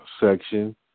section